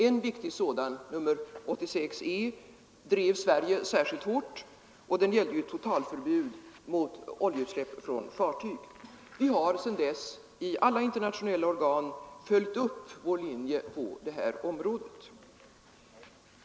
En viktig sådan, nr 86 , drev Sverige särskilt hårt, och den gällde ju totalförbud mot oljeutsläpp från fartyg. Vi har sedan dess i alla internationella organ följt upp vår linje på det här området.